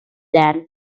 than